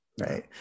right